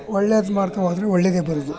ಒಳ್ಳೆದು ಮಾಡ್ಕೊ ಹೋದ್ರೆ ಒಳ್ಳೆಯದೇ ಬರುವುದು